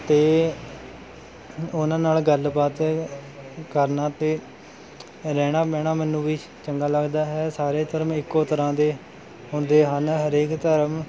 ਅਤੇ ਉਹਨਾਂ ਨਾਲ਼ ਗੱਲ ਬਾਤ ਕਰਨਾ ਅਤੇ ਰਹਿਣਾ ਬਹਿਣਾ ਮੈਨੂੰ ਵੀ ਚੰਗਾ ਲੱਗਦਾ ਹੈ ਸਾਰੇ ਧਰਮ ਇੱਕੋਂ ਤਰ੍ਹਾਂ ਦੇ ਹੁੰਦੇ ਹਨ ਹਰੇਕ ਧਰਮ